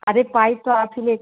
अरे पाइप तो आप ही ले